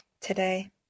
today